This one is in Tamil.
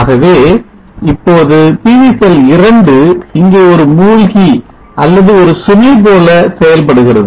ஆகவே இப்போது PV செல் 2 இங்கே ஒரு மூழ்கி அல்லது ஒரு சுமை போல செயல்படுகிறது